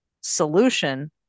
solution